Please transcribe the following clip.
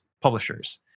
Publishers